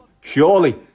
Surely